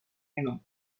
minum